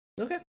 Okay